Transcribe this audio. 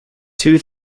two